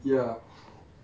ya